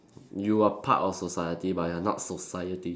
you are part of society but you are not society